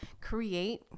create